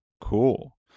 cool